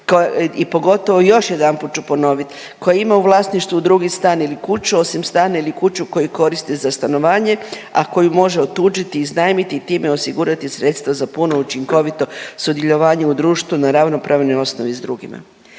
i pogotovo još jedanput ću ponovit, koja ima u vlasništvu drugi stan ili kuću osim stana ili kuću koju koristi za stanovanje, a koju može otuđiti, iznajmiti i time osigurati sredstva za puno učinkovito sudjelovanje u društvu na ravnopravnoj osnovi s drugima.